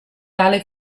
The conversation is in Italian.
tale